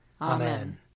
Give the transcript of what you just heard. Amen